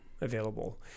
available